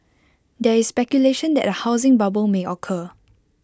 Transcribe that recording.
there is speculation that A housing bubble may occur